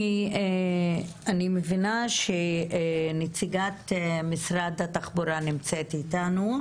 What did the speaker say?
אני מבינה שנציגת משרד התחבורה נמצאת איתנו.